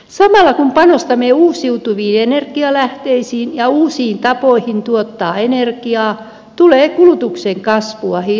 samalla kun panostamme uusiutuviin energialähteisiin ja uusiin tapoihin tuottaa energiaa tulee kulutuksen kasvua hillitä